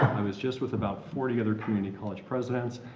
i was just with about forty other community college presidents,